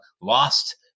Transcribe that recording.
lost